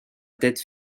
tête